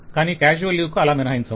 కాని casual leave కు అలా మినహాయించం